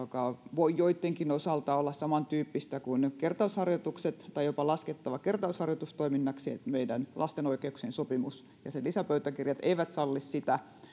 voi joittenkin osalta olla saman tyyppistä kuin kertausharjoitukset tai jopa laskettava kertausharjoitustoiminnaksi meidän lapsen oikeuksien sopimuksemme ja sen lisäpöytäkirjat eivät salli sitä